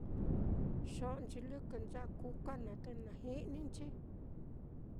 Xo'onchi lɨkɨnchi kuka naá, ta naji'ninchi.